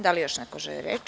Da li još neko želi reč?